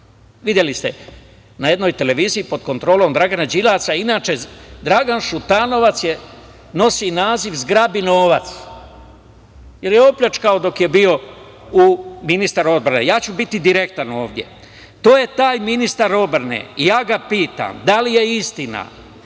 Videli ste na jednoj televiziji, pod kontrolom Dragana Đilasa, a inače Dragan Šutanovac nosi naziv „zgrabinovac“, jer je pljačkao dok je bio ministar odbrane. Ja ću biti direktan ovde. To je taj ministar odbrane i ja ga pitam – da li je istina